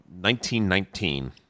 1919